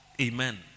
Amen